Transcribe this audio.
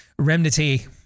Remnity